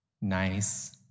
Nice